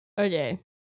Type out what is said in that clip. Okay